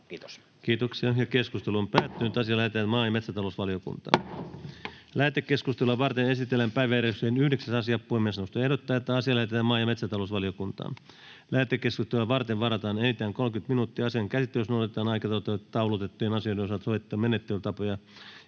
sakon täytäntöönpanosta annetun lain 1 §:n muuttamisesta Time: N/A Content: Lähetekeskustelua varten esitellään päiväjärjestyksen 8. asia. Puhemiesneuvosto ehdottaa, että asia lähetetään maa- ja metsätalousvaliokuntaan. Lähetekeskustelua varten varataan enintään 30 minuuttia. Asian käsittelyssä noudatetaan aikataulutettujen asioiden osalta sovittuja menettelytapoja.